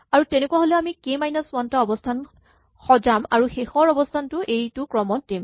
আৰু তেনেকুৱা হ'লে আমি কে মাইনাচ ৱান টা অৱস্হান সজাম আৰু শেষৰ অৱস্হানটো এইটো ক্ৰমত দিম